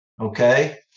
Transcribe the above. okay